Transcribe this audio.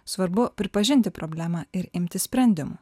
svarbu pripažinti problemą ir imtis sprendimo